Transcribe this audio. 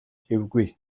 эвгүй